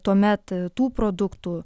tuomet tų produktų